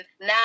now